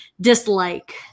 dislike